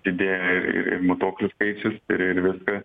didėja ir matuoklių skaičius ir ir viską